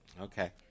Okay